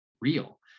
real